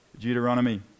Deuteronomy